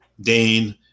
Dane